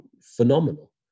phenomenal